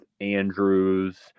Andrews